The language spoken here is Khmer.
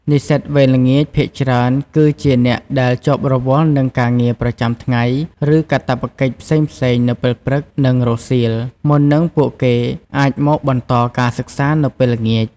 និស្សិតវេនល្ងាចភាគច្រើនគឺជាអ្នកដែលជាប់រវល់នឹងការងារប្រចាំថ្ងៃ ឬកាតព្វកិច្ចផ្សេងៗនៅពេលព្រឹក និងរសៀល មុននឹងពួកគេអាចមកបន្តការសិក្សានៅពេលល្ងាច។